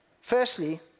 Firstly